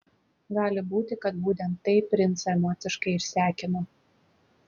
gali būti kad būtent tai princą emociškai išsekino